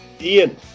Ian